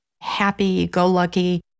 happy-go-lucky